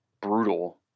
brutal